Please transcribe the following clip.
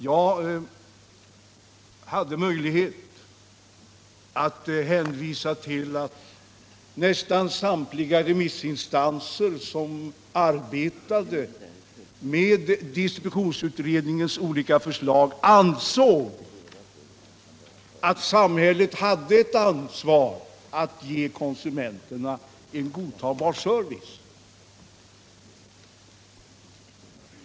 Jag hade möjlighet att hänvisa till att nästan samtliga remissinstanser som arbetade med distributionsutredningens olika förslag ansåg att sam hället hade ett ansvar för att ge konsumenterna en godtagbar service.